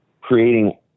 creating